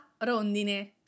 rondine